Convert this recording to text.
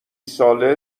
ساله